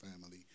family